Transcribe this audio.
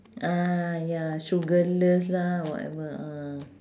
ah ya sugarless lah whatever uh